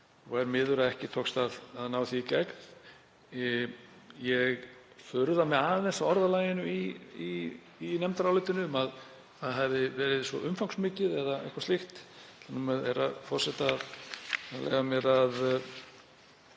og er miður að ekki tókst að ná því í gegn. Ég furða mig aðeins á orðalaginu í nefndarálitinu um að það hefði verið svo umfangsmikið eða eitthvað slíkt. Ég ætla að vitna beint í